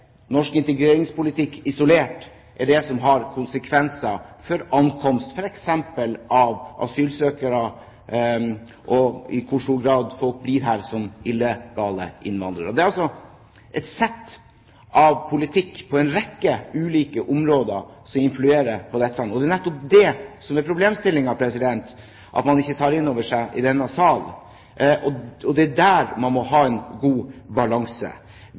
norsk integreringspolitikk isolert, er det som får konsekvenser for ankomsten av f.eks. asylsøkere og i hvor stor grad folk blir her som illegale innvandrere. Det er et sett av politikk, på en rekke ulike områder, som influerer på dette. Det er nettopp det som er problemstillingen, at man ikke tar det inn over seg i denne sal. Det er der man må ha en god balanse.